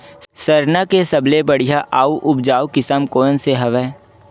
सरना के सबले बढ़िया आऊ उपजाऊ किसम कोन से हवय?